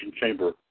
Chamber